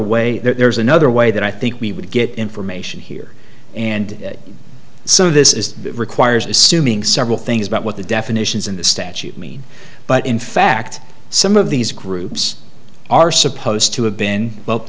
way there's another way that i think we would get information here and so this is it requires assuming several things about what the definitions in the statute mean but in fact some of these groups are supposed to have been well